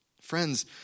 Friends